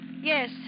Yes